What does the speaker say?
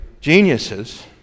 geniuses